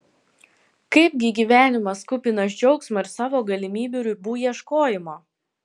kaipgi gyvenimas kupinas džiaugsmo ir savo galimybių ribų ieškojimo